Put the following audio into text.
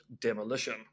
demolition